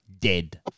dead